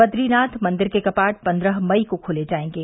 बद्रीनाथ मंदिर के कपाट पन्द्रह मई को खोले जाएंगे